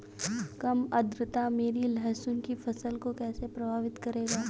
कम आर्द्रता मेरी लहसुन की फसल को कैसे प्रभावित करेगा?